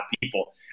people